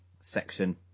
section